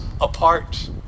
apart